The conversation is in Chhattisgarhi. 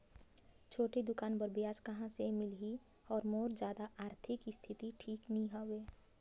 छोटे दुकान बर ब्याज कहा से मिल ही और मोर जादा आरथिक स्थिति ठीक नी हवे?